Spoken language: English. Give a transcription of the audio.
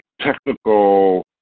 technical